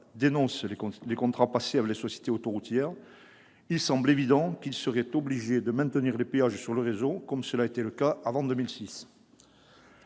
dénonce les contrats passés avec les sociétés autoroutières, il semble évident qu'il serait obligé de maintenir le péage sur le réseau, comme cela a été le cas avant 2006.